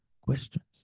questions